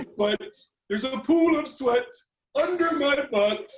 but butts there's a pool of sweat under my